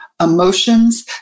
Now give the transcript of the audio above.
emotions